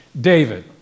David